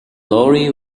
lorry